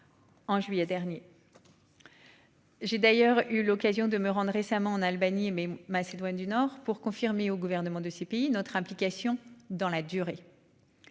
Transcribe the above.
En juillet dernier.-- J'ai d'ailleurs eu l'occasion de me rende récemment en Albanie mais Macédoine du Nord pour confirmer aux gouvernements de ces pays notre implication dans la durée.